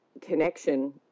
connection